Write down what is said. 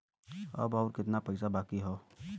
अब अउर कितना पईसा बाकी हव?